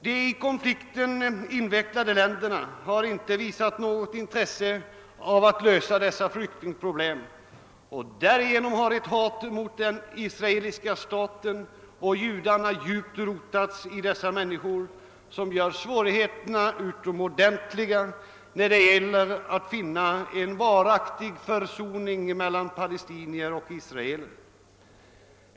De i konflikten invecklade länderna har inte visat något intresse av att lösa dessa flyktingproblem, och därigenom har ett hat mot den israeliska staten och judarna djupt rotats i dessa människor, vilket leder till utomordentliga svårigheter när det gäller att åstadkomma en varaktig försoning mellan palestinier och israeler.